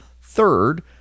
Third